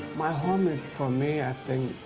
my home is for me i think,